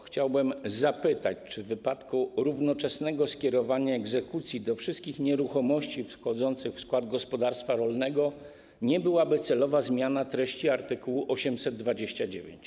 Chciałbym zapytać, czy w wypadku równoczesnego skierowania egzekucji do wszystkich nieruchomości wchodzących w skład gospodarstwa rolnego nie byłaby celowa zmiana treści art. 829.